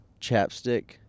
chapstick